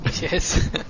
Yes